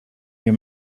your